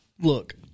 look